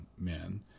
men